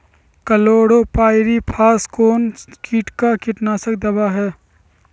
Chlorpyrifos कौन किट का कीटनाशक दवा है?